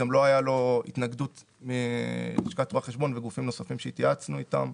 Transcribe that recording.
גם לא היה לו התנגדות מלשכת רואי חשבון וגופים נוספים שהתייעצנו איתם.